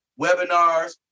webinars